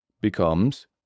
becomes